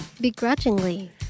Begrudgingly